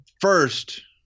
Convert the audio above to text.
first